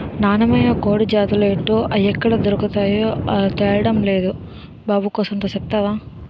నాన్నమైన కోడి జాతులేటో, అయ్యెక్కడ దొర్కతాయో తెల్డం నేదు బాబు కూసంత సెప్తవా